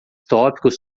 tópicos